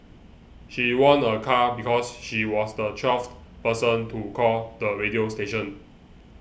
she won a car because she was the twelfth person to call the radio station